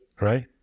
right